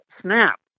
SNAP